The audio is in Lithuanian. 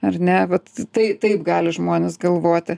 ar ne vat tai taip gali žmonės galvoti